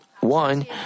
one